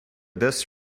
this